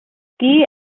ski